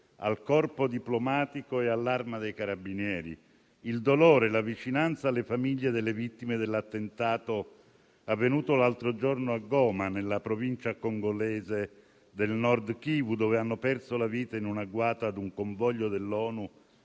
al Corpo diplomatico e all'Arma dei carabinieri e il dolore e la vicinanza alle famiglie delle vittime dell'attentato avvenuto l'altro giorno a Goma, nella provincia congolese del nord Kivu, dove hanno perso la vita, in un agguato a un convoglio dell'ONU,